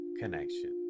connection